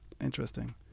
interesting